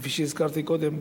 כפי שהזכרתי קודם,